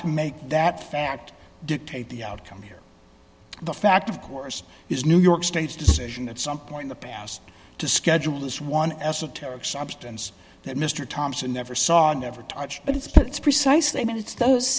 to make that fact dictate the outcome here the fact of course is new york state's decision at some point in the past to schedule this one esoteric substance that mr thompson never saw or never touched but it's precise they mean it's those